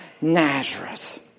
Nazareth